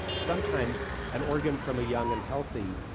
sometimes an organ from a young and healthy,